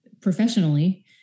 professionally